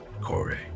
Corey